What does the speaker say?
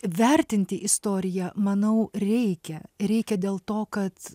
vertinti istoriją manau reikia reikia dėl to kad